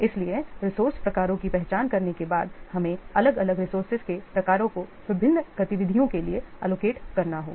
इसलिएरिसोर्से प्रकारों की पहचान करने के बाद हमें अलग अलग रिसोर्सेज के प्रकारों को विभिन्न गतिविधियों के लिए एलोकेट करना होगा